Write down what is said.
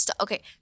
okay